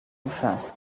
first